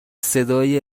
صدایی